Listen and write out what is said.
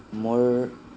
মোৰ